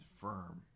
firm